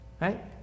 Right